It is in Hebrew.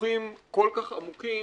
קידוחים כל כך עמוקים,